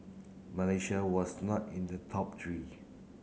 Malaysia was not in the top three